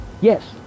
Yes